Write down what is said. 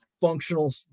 functional